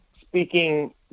speaking